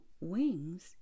Wings